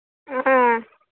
ꯑꯥ